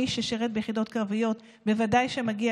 מי ששירת ביחידות קרביות בוודאי מגיע